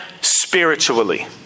spiritually